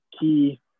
key